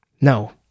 No